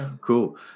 cool